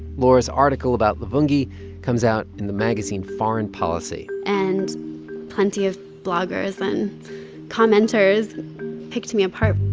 laura's article about luvungi comes out in the magazine foreign policy and plenty of bloggers and commenters picked me apart,